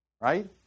Right